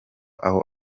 aho